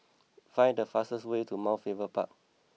find the fastest way to Mount Faber Park